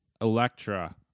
Electra